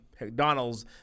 McDonald's